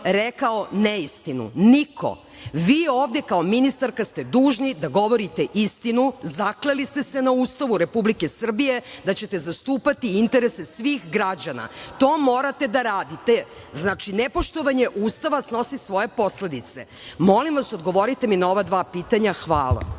rekao neistinu. Niko. Vi ovde kao ministarka ste dužni da govorite istinu, zakleli ste se na Ustavu Republike Srbije da ćete zastupati interese svih građana. To morate da radite. Znači, nepoštovanje Ustava snosi svoje posledice. Molim vas, odgovorite mi na ova dva pitanja. Hvala.